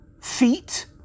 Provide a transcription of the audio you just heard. feet